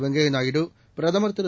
வெங்கய்ய நாயுடு பிரதமர் திரு